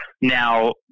Now